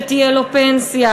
שתהיה לו פנסיה.